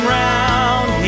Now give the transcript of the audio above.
round